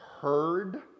heard